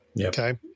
okay